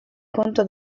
conto